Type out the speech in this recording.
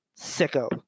Sicko